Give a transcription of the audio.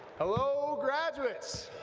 hello graduates!